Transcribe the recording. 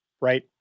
right